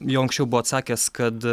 jau anksčiau buvot sakęs kad